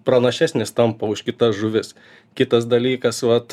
pranašesnės tampa už kitas žuvis kitas dalykas vat